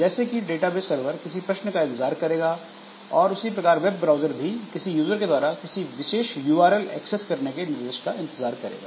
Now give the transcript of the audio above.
जैसे कि database server किसी प्रश्न का इंतजार करेगा और उसी प्रकार वेब ब्राउज़र भी किसी यूजर के द्वारा किसी विशेष युआरएल एक्सेस करने के निर्देश का इंतजार करेगा